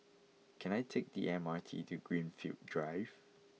can I take the M R T to Greenfield Drive